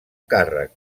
càrrec